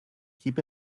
keep